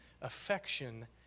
affection